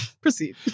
Proceed